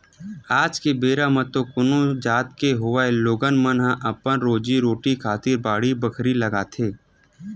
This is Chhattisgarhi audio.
आज के बेरा म तो कोनो जात के होवय लोगन मन ह अपन रोजी रोटी खातिर बाड़ी बखरी लगाथे